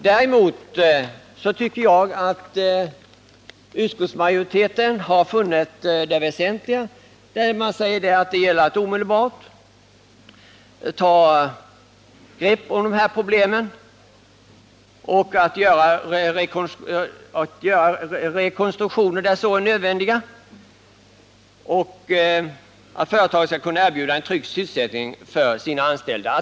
Däremot tycker jag att utskottsmajoriteten har funnit det väsentliga. Man säger att det är utomordentligt angeläget att man snabbt tar itu med den rekonstruktion som är nödvändig för att företagen skall kunna erbjuda en trygg sysselsättning för sina anställda.